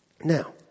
Now